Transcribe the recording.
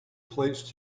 placed